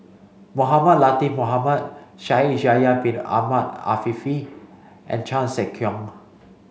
Mohamed Latiff Mohamed Shaikh Yahya bin Ahmed Afifi and Chan Sek Keong